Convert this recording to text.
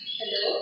hello